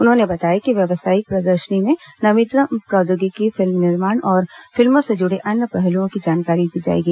उन्होंने बताया कि व्यवसायिक प्रदर्शनी में नवीनतम प्रौद्योगिकी फिल्म निर्माण और फिल्मों से जुड़े अन्य पहलुओं की जानकारी दी जाएगी